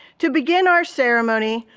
to begin our ceremony,